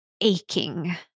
aching